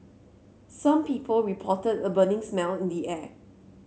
some people reported a burning smell in the air